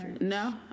No